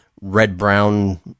red-brown